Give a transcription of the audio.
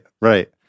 right